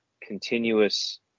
continuous